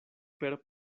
per